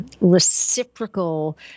reciprocal